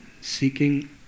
seeking